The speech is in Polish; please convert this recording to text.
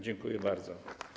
Dziękuję bardzo.